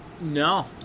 No